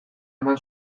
eman